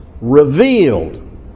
revealed